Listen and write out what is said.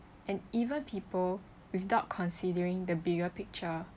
and even people without considering the bigger picture